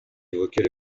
évoquez